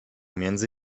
między